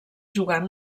jugant